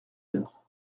heures